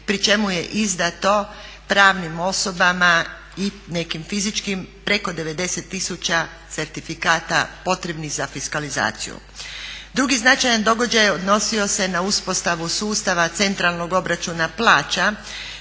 pri čemu je izdato pravnim osobama i nekim fizičkim preko 90 tisuća certifikata potrebnih za fiskalizaciju. Drugi značajan događaj odnosio se na uspostavu sustava centralnog obračuna plaća